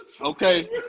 Okay